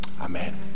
Amen